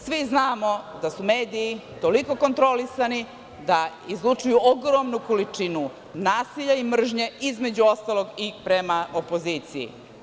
Svi znamo da su mediji toliko kontrolisani, da izlučuju ogromnu količinu nasilja i mržnje između ostalog i prema opoziciji.